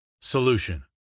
Solution